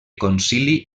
concili